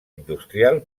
industrial